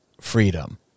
freedom